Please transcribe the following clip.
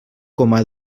coma